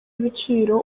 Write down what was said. ibiciro